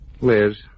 Liz